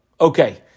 Okay